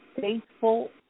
faithful